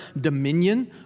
dominion